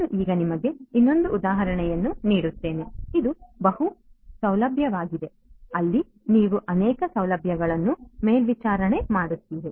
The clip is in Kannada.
ನಾನು ಈಗ ನಿಮಗೆ ಇನ್ನೊಂದು ಉದಾಹರಣೆಯನ್ನು ನೀಡುತ್ತೇನೆ ಇದು ಬಹು ಸೌಲಭ್ಯವಾಗಿದೆ ಅಲ್ಲಿ ನೀವು ಅನೇಕ ಸೌಲಭ್ಯಗಳನ್ನು ಮೇಲ್ವಿಚಾರಣೆ ಮಾಡುತ್ತಿದ್ದೀರಿ